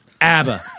ABBA